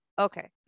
Okay